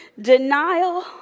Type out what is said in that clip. denial